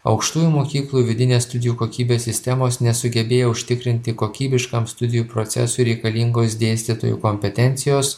aukštųjų mokyklų vidinės studijų kokybės sistemos nesugebėjo užtikrinti kokybiškam studijų procesui reikalingos dėstytojų kompetencijos